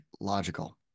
logical